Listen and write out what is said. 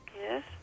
Yes